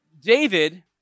David